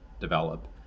develop